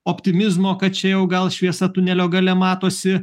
optimizmo kad čia jau gal šviesa tunelio gale matosi